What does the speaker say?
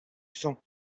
sang